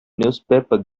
newspaper